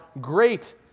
great